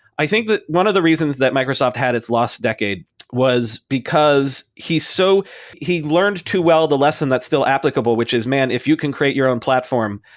i think that one of the reasons that microsoft had its lost decade was because he's so he learned too well the lesson that's still applicable, which is man, if you can create your own platform,